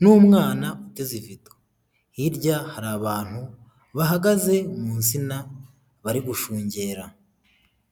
n'umwana uteze ivido hirya hari abantu bahagaze mu nsina bari gushungera.